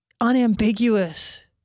unambiguous